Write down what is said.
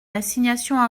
l’assignation